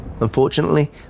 Unfortunately